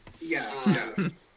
Yes